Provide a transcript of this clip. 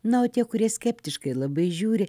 na o tie kurie skeptiškai labai žiūri